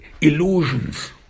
illusions